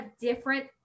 different